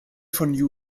von